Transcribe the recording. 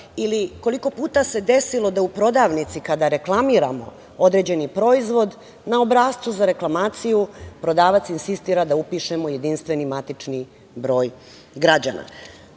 Koliko puta se desilo da u prodavnici kada reklamiramo određeni proizvod na obrascu za reklamaciju prodavac insistira da upišemo JMBG?Svedoci smo, takođe,